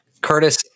Curtis